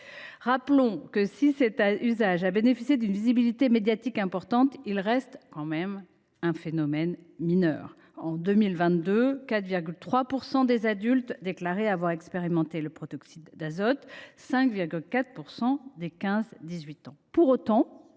Si ce dernier usage a bénéficié d’une visibilité médiatique importante, rappelons qu’il reste un phénomène mineur. En 2022, 4,3 % des adultes déclaraient avoir expérimenté le protoxyde d’azote et 5,4 % des 15 18 ans.